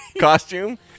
costume